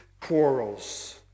quarrels